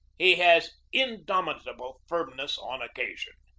he had indomitable firmness on occasion.